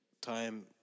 time